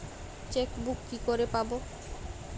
Chequebook কি করে পাবো?